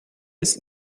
ist